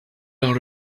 are